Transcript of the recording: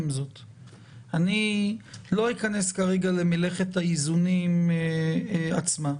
אני לא אכנס כרגע למלאכת האיזונים עצמה.